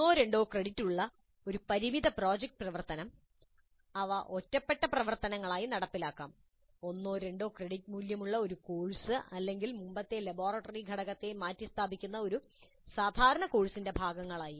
ഒന്നോ രണ്ടോ ക്രെഡിറ്റുകളുള്ള ഒരു പരിമിത പ്രോജക്റ്റ് പ്രവർത്തനം അവ ഒറ്റപ്പെട്ട പ്രവർത്തനങ്ങളായി നടപ്പിലാക്കാം ഒന്നോ രണ്ടോ ക്രെഡിറ്റ് മൂല്യമുള്ള ഒരു കോഴ്സ് അല്ലെങ്കിൽ മുമ്പത്തെ ലബോറട്ടറി ഘടകത്തെ മാറ്റിസ്ഥാപിക്കുന്ന ഒരു സാധാരണ കോഴ്സിന്റെ ഭാഗങ്ങളായി